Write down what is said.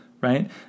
right